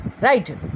Right